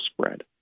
spread